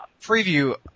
preview